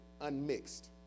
unmixed